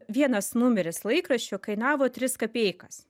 vienas numeris laikraščio kainavo tris kapeikas